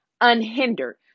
unhindered